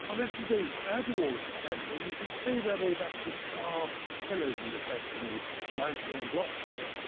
um this is the outer wall of the temple, and you can see where they've actually carved pillars, in a sense, in the limestone blocks here.